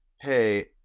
hey